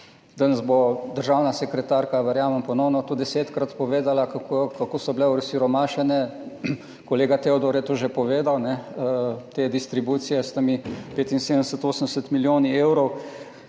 Danes bo državna sekretarka, verjamem, ponovno desetkrat povedala to, kako so bile osiromašene, kolega Teodor je to že povedal, te distribucije s temi 75, 80 milijoni evrov,